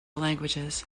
languages